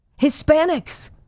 hispanics